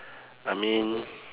I mean